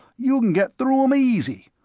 you can get through em easy.